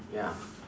ya